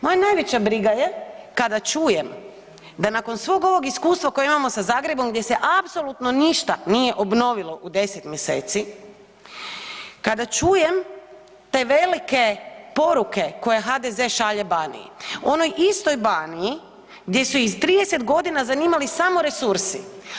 Moja najveća briga je kada čujem da nakon svog ovog iskustva koje imamo sa Zagrebom gdje se apsolutno ništa nije obnovilo u 10 mjeseci, kada čujem te velike poruke koje HDZ šalje Baniji, onoj istoj Baniji gdje su ih 30 godina zanimali samo resursi.